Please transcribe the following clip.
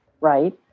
right